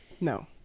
no